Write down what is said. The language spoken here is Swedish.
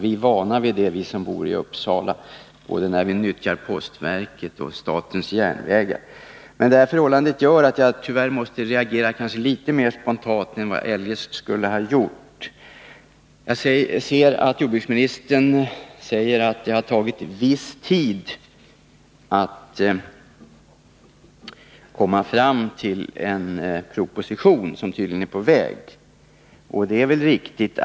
Vi som bor i Uppsala är vana vid det när vi nyttjar postverket och statens järnvägar. Men det här förhållandet gör att jag tyvärr måste reagera litet mera spontant än vad jag eljest skulle ha gjort. Jordbruksministern säger att det har tagit viss tid att komma fram till en proposition, som tydligen är på väg, och det är väl riktigt.